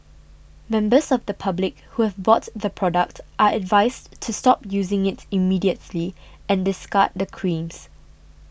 members of the public who have bought the product are advised to stop using it immediately and discard the creams